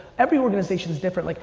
every organization is different. like